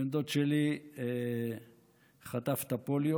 בן דוד שלי חטף את הפוליו